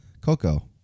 Coco